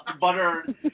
butter